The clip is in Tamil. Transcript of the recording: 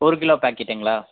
ஒரு கிலோ பேக்கெட்டுங்களா